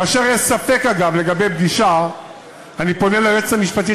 כאשר יש ספק לגבי פגישה אני פונה ליועצת המשפטית